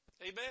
Amen